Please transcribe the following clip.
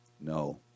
No